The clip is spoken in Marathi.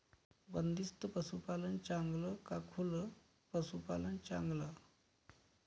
बंदिस्त पशूपालन चांगलं का खुलं पशूपालन चांगलं?